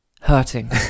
hurting